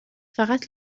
فقط